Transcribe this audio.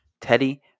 Teddy